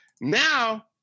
Now